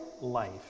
life